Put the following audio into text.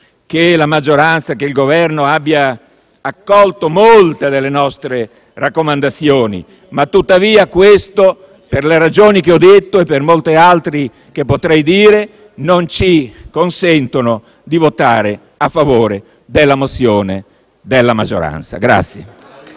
che la maggioranza e che il Governo abbiano accolto molte delle nostre raccomandazioni. Tuttavia questo, per le ragioni che ho detto e per molte altre che potrei citare, non ci consente di votare a favore della proposta di risoluzione della maggioranza.